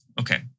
Okay